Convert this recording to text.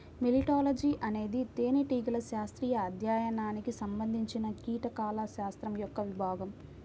మెలిటాలజీఅనేది తేనెటీగల శాస్త్రీయ అధ్యయనానికి సంబంధించినకీటకాల శాస్త్రం యొక్క విభాగం